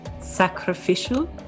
sacrificial